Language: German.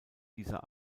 dieser